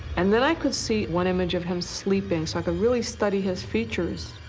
and then i could see one image of him sleeping. so i could really study his features.